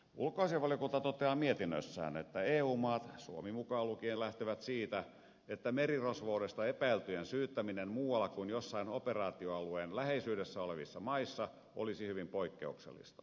ulkoasiainvaliokunta toteaa mietinnössään että eu maat suomi mukaan lukien lähtevät siitä että merirosvoudesta epäiltyjen syyttäminen muualla kuin jossain operaatioalueen läheisyydessä olevissa maissa olisi hyvin poikkeuksellista